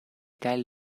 kaj